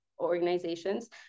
organizations